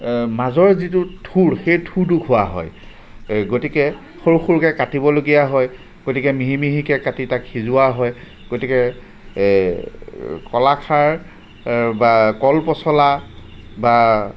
মাজৰ যিটো ঠোৰ সেই ঠোৰটো খোৱা হয় গতিকে সৰু সৰুকৈ কাটিবলগীয়া হয় গতিকে মিহি মিহিকৈ কাটি তাক সিজোৱা হয় গতিকে এই কলাখাৰ বা কল পচলা বা